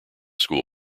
school